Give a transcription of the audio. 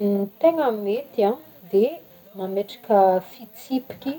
Gny tegna mety an, de mametraka fitsipiky